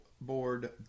board